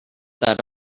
that